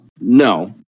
No